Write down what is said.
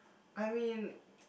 I mean